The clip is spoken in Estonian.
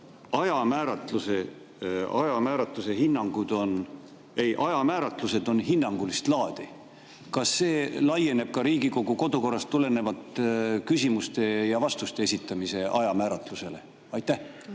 ütlesite, et siin ajamääratlused on hinnangulist laadi. Kas see laieneb ka Riigikogu kodukorrast tulenevale küsimuste ja vastuste esitamise ajamääratlusele? Aitäh!